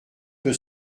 peut